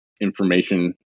information